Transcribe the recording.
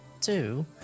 two